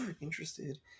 interested